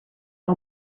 all